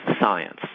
science